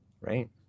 Right